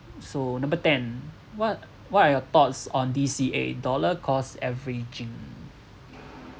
so number ten what what are your thoughts on D_C_A dollar cost averaging